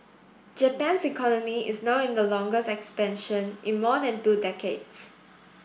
Japan's economy is now in the longest expansion in more than two decades